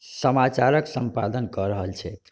समाचार के सम्पादन कऽ रहल छथि